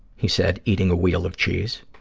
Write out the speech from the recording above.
he said, eating a wheel of cheese.